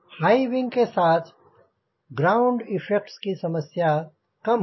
high wing के साथ ground effects की समस्या कम होगी